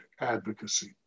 advocacy